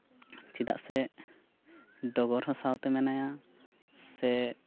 ᱪᱮᱫᱟᱜ ᱥᱮ ᱰᱚᱜᱚᱨ ᱦᱚᱸ ᱥᱟᱶᱛᱮ ᱢᱮᱱᱟᱭᱟ ᱥᱮ